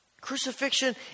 Crucifixion